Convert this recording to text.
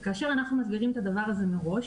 וכאשר אנחנו מסבירים את הדבר הזה מראש,